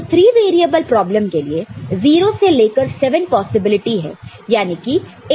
तो 3 variable problem के लिए 0 से लेकर 7 पॉसिबिलिटी है यानी कि 8 पॉसिबिलिटीज है